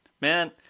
Man